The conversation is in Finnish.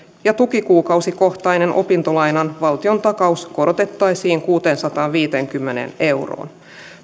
ja tukikuukausikohtainen opintolainan valtiontakaus korotettaisiin kuuteensataanviiteenkymmeneen euroon